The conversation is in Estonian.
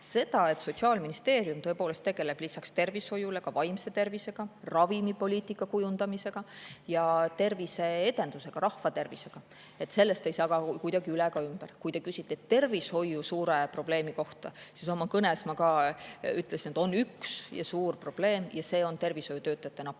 Sellest, et Sotsiaalministeerium tõepoolest tegeleb lisaks tervishoiule ka vaimse tervisega, ravimipoliitika kujundamisega ja terviseedendusega, rahvatervisega, ei saa ka kuidagi üle ega ümber. Kui te küsite tervishoiu suure probleemi kohta, siis oma kõnes ma ka ütlesin, et on üks suur probleem ja see on tervishoiutöötajate nappus.